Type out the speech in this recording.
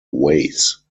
ways